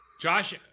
Josh